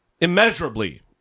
immeasurably